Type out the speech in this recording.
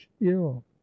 ill